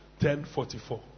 10:44